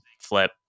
flip